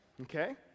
Okay